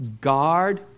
guard